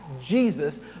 Jesus